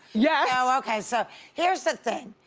yeah now okay, so here's the thing.